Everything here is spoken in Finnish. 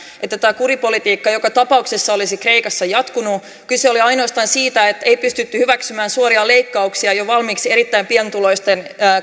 että tämä kuripolitiikka joka tapauksessa olisi kreikassa jatkunut kyse oli ainoastaan siitä että ei pystytty hyväksymään suoria leikkauksia jo valmiiksi erittäin pienituloisten